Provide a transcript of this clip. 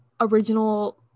original